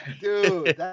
Dude